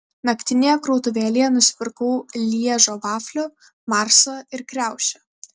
naktinėje krautuvėlėje nusipirkau lježo vaflių marsą ir kriaušę